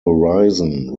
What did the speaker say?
horizon